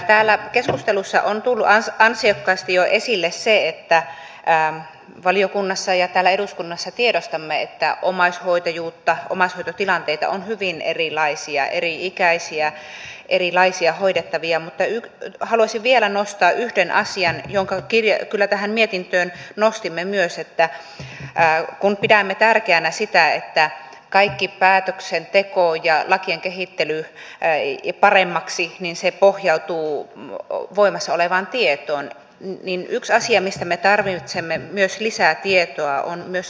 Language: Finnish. täällä keskustelussa on jo tullut ansiokkaasti esille se että valiokunnassa ja eduskunnassa tiedostamme että omaishoitajuutta ja omaishoitotilanteita on hyvin erilaisia eri ikäisiä erilaisia hoidettavia mutta haluaisin vielä nostaa yhden asian jonka kyllä myös nostimme tähän mietintöön että kun pidämme tärkeänä sitä että kaikki päätöksenteko ja lakien kehittely paremmaksi pohjautuu voimassa olevaan tietoon niin yksi asia mistä me myös tarvitsemme lisää tietoa on etäomaishoitajuus